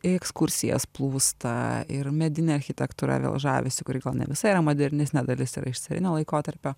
į ekskursijas plūsta ir medine architektūra vėl žavisi kuri gal ne visa yra modernistinė dalis yra iš carinio laikotarpio